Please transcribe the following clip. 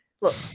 Look